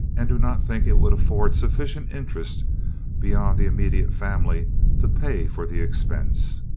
and do not think it would afford sufficient interest beyond the immediate family to pay for the expense.